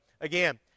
again